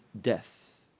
death